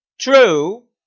true